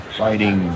fighting